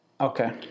Okay